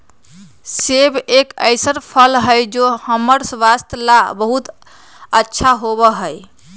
सेब एक ऐसन फल हई जो हम्मर स्वास्थ्य ला बहुत अच्छा होबा हई